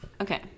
Okay